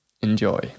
enjoy